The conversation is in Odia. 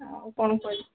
ଆଉ କ'ଣ କହିବି